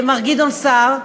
מר גדעון סער,